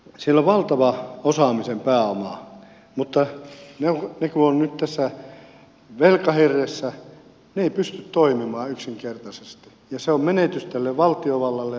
siellä on valtava osaamisen pääoma mutta kun he ovat nyt tässä velkahirressä he eivät yksinkertaisesti pysty toimimaan ja se on menetys tälle valtiovallalle yhteiskunnalle meille kaikille